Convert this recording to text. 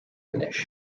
anois